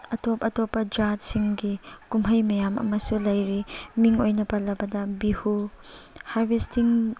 ꯑꯇꯣꯞ ꯑꯇꯣꯞꯄ ꯖꯥꯠꯁꯤꯡꯒꯤ ꯀꯨꯝꯍꯩ ꯃꯌꯥꯝ ꯑꯃꯁꯨ ꯂꯩꯔꯤ ꯃꯤꯡ ꯑꯣꯏꯅ ꯄꯜꯂꯕꯗ ꯕꯤꯍꯨ ꯍꯥꯔꯕꯦꯁꯇꯤꯡ